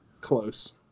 close